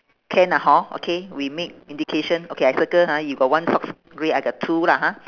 can lah hor okay we make indication okay I circle ha you got one socks grey I got two lah ha